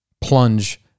plunge